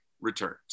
returns